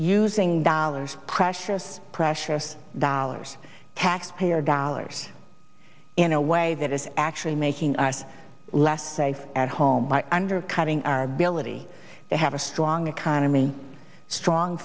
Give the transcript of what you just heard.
using dollars precious precious dollars taxpayer dollars in a way that is actually making us less safe at home by undercutting our ability to have a strong economy strong